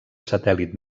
satèl·lit